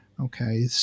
Okay